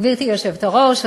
גברתי היושבת-ראש,